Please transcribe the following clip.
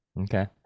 Okay